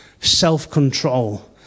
self-control